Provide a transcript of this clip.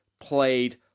played